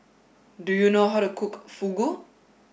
do you know how to cook Fugu